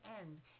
end